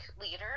leader